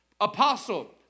Apostle